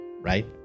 Right